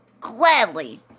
gladly